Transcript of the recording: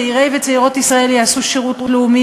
צעירי וצעירות ישראל יעשו שירות לאומי